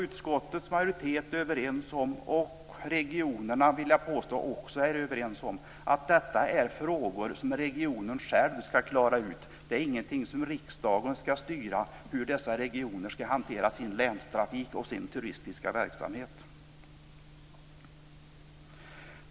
Utskottets majoritet är också överens om det, och även regionerna vill jag påstå. Hur dessa regioner skall hantera sin länstrafik och sin turistiska verksamhet är ingenting som riksdagen skall styra. Fru talman!